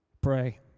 pray